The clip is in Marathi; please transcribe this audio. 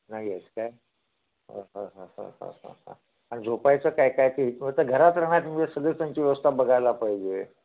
नाही आहेत काय हं हं हं हं हं हं हं आणि झोपायचं काय काय घरात राहणार सदस्यांची व्यवस्था बघायला पाहिजे